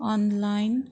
online